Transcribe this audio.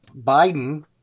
Biden